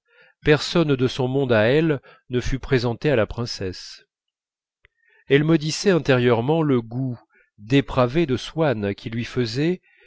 personne de son monde à elle ne fût présenté à la princesse elle maudissait intérieurement le goût dépravé de swann qui lui faisait